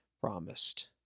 promised